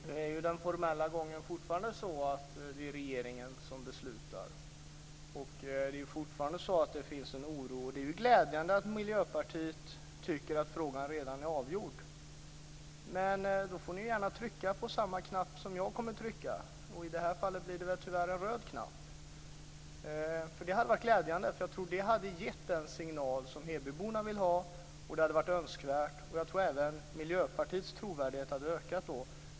Fru talman! Den formella gången är fortfarande så att det är regeringen som beslutar, och det finns fortfarande en oro. Det är ju glädjande att Miljöpartiet anser att frågan redan är avgjord, men då får ni gärna trycka på samma knapp som jag - tyvärr den röda knappen i det här fallet. Det hade varit glädjande och det hade gett den signal som hebyborna vill ha. Jag tror även att Miljöpartiets trovärdighet då hade ökat.